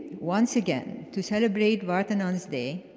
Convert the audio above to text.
once again, to celebrate vardanants day,